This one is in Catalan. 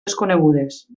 desconegudes